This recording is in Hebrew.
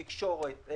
תקשורת,